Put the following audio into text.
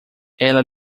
ela